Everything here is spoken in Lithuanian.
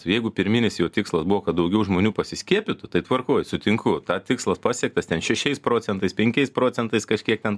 gjeigu pirminis jo tikslas buvo kad daugiau žmonių pasiskiepytų tai tvarkoj sutinku tą tikslas pasiektas ten šešiais procentais penkiais procentais kažkiek ten